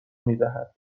میدهد